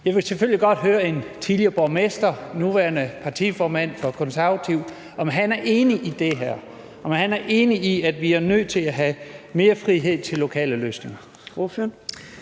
Jeg vil selvfølgelig godt høre en tidligere borgmester, nuværende partiformand for Det Konservative, om han er enig i det her, om han er enig i, at vi er nødt til at have mere frihed til lokale løsninger.